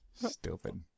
Stupid